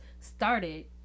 started